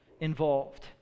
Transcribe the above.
involved